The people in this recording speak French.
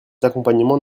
d’accompagnement